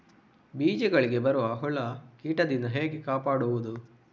ಬೀಜಗಳಿಗೆ ಬರುವ ಹುಳ, ಕೀಟದಿಂದ ಹೇಗೆ ಕಾಪಾಡುವುದು?